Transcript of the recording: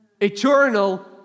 Eternal